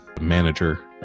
manager